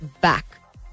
back